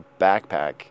backpack